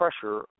pressure